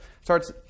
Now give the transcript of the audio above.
starts